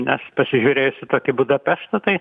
nes pasižiūrėjus į tokį budapeštą tai